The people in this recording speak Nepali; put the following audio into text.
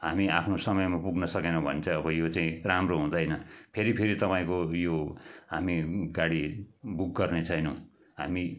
हामी आफ्नो समयमा पुग्न सकेनौँ भने चाहिँ अब यो चाहिँ राम्रो हुँदैन फेरि फेरि तपाईँको यो हामी गाडी बुक गर्ने छैनौँ हामी